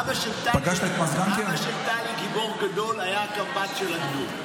אבא של טלי, גיבור גדול, היה הקמב"ץ של הגדוד.